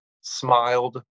smiled